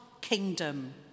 kingdom